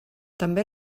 també